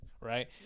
right